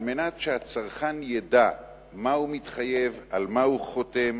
על מנת שהצרכן ידע למה הוא מתחייב, על מה הוא חותם